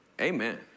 Amen